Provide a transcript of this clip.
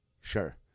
sure